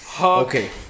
okay